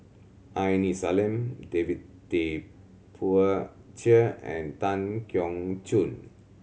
Aini Salim David Tay Poey Cher and Tan Keong Choon